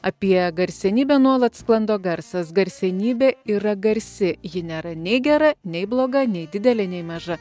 apie garsenybę nuolat sklando garsas garsenybė yra garsi ji nėra nei gera nei bloga nei didelė nei maža